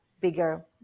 bigger